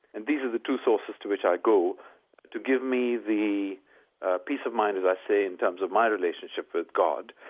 and these are the two sources to which i go to give me the ah peace of mind, as i say, in terms of my relationship with god.